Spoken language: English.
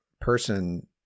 person